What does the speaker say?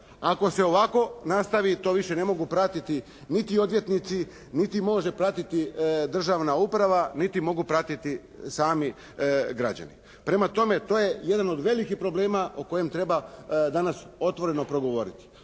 Ako se ovako nastaviti to više ne mogu pratiti niti odvjetnici, niti može pratiti državna uprava, niti mogu pratiti sami građani. Prema tome, to je jedan od velikih problema o kojem treba danas otvoreno progovoriti.